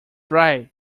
right